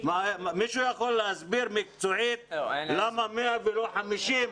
מישהו יכול להסביר מקצועית למה 100 מטרים ולא 50 מטרים?